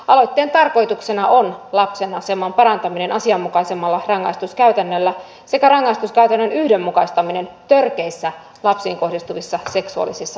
aloitteen tarkoituksena on lapsen aseman parantaminen asianmukaisemmalla rangaistuskäytännöllä sekä rangaistuskäytännön yhdenmukaistaminen törkeissä lapsiin kohdistuvissa seksuaalisissa hyväksikäyttörikoksissa